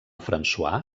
françois